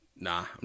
Nah